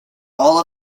all